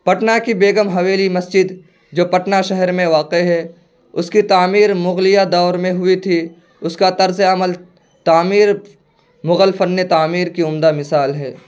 پٹنہ کی بیگم حویلی مسجد جو پٹنہ شہر میں واقع ہے اس کی تعمیر مغلیہ دور میں ہوئی تھی اس کا طرزِ عمل تعمیر مغل فنِ تعمیر کی عمدہ مثال ہے